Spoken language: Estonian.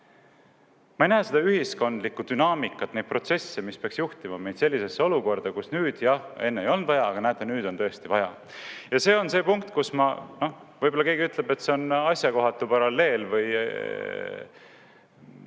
Ma ei näe seda ühiskondlikku dünaamikat, neid protsesse, mis peaks juhtima meid sellisesse olukorda, kus nüüd, jah, on vaja – enne ei olnud vaja, aga näete, nüüd on tõesti vaja. See on see punkt. Võib-olla keegi ütleb, et see on asjakohatu paralleel või